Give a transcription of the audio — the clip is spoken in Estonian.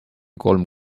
kolm